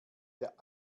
der